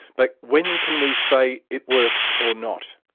but, when can we say it works or not?